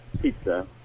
pizza